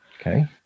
Okay